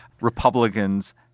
Republicans